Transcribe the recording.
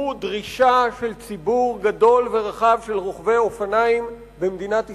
הוא דרישה של ציבור גדול ורחב של רוכבי אופניים במדינת ישראל.